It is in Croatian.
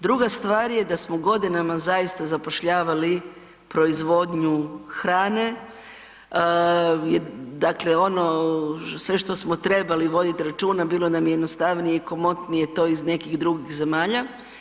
Druga stvar je da smo godinama zaista zapošljavali proizvodnju hrane, dakle ono sve što smo trebali voditi računa bilo nam je jednostavnije i komotnije to iz nekih drugih zemalja.